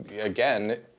again